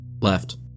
Left